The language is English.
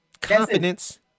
confidence